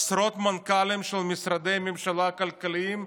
עשרות מנכ"לים של משרדי ממשלה כלכליים,